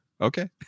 okay